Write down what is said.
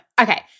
Okay